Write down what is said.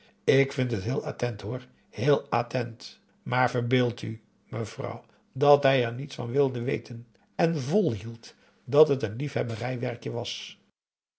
ik vind het heel attent hoor heel attent maar verbeeld u mevrouw dat hij er niets van wilde weten en volhield dat het een liefhebberijwerkje was